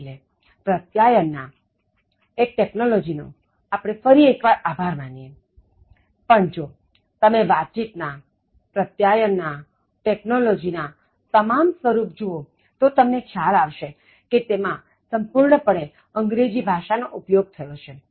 એટલે પ્રત્યાયન ના એ ટેક્નોલોજી નો ફરી એક વાર આભાર પણ જો તમે વાતચીત ના પ્રત્યાયન ના ટેકનોલોજી ના તમામ સ્વરૂપ જૂઓ તો તમને ખ્યાલ આવશે કે તેમાં સંપૂર્ણ પણે અંગ્રેજી ભાષા નો ઉપયોગ થયો છે